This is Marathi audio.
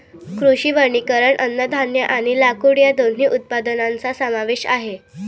कृषी वनीकरण अन्नधान्य आणि लाकूड या दोन्ही उत्पादनांचा समावेश आहे